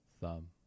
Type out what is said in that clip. thumb